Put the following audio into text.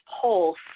pulse